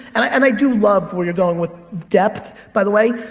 and i do love where you're going with depth, by the way,